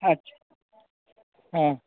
अच्छा हँ